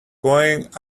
going